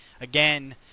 again